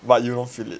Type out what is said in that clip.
but you won't feel it